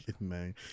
man